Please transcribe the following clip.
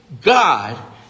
God